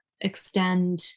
extend